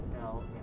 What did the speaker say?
no